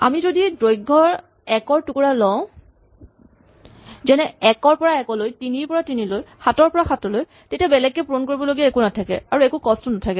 আমি যদি দৈৰ্ঘ এক ৰ টুকুৰা লওঁ যেনে এক ৰ পৰা এক লৈ তিনি ৰ পৰা তিনি লৈ সাতৰ পৰা সাতলৈ তেতিয়া বেলেগকে পূৰণ কৰিব লগীয়া একো নাথাকে আৰু একো কস্ত ও নাথাকে